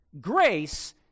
Grace